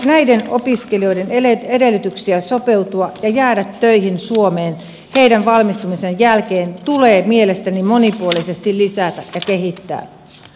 näiden opiskelijoiden edellytyksiä sopeutua ja jäädä töihin suomeen heidän valmistumisensa jälkeen tulee mielestäni monipuolisesti lisätä ja kehittää